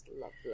lovely